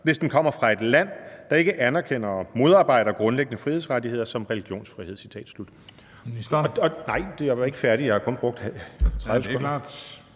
hvis den kommer fra et land, der ikke anerkender og modarbejder grundlæggende frihedsrettigheder som religionsfrihed.«